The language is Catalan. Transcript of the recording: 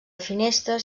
finestres